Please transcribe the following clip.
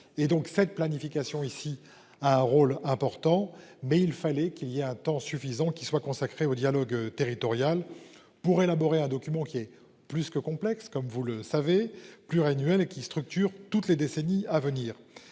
cette planification ici un rôle important mais il fallait qu'il y a un temps suffisant qui soit consacrée au dialogue territorial. Pour élaborer un document qui est plus que complexe comme vous le savez pluriannuel et qui structure toutes les décennies à venir.